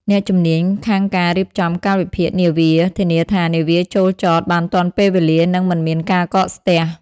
អ្នកជំនាញខាងការរៀបចំកាលវិភាគនាវា ធានាថានាវាចូលចតបានទាន់ពេលវេលា និងមិនមានការកកស្ទះ។